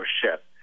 ship